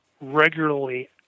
regularly